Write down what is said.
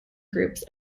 groups